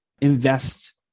invest